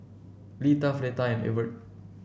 Litha Fleta and Evert